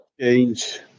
change